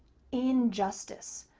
injustice,